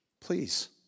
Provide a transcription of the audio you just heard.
please